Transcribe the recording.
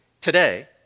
today